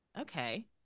Okay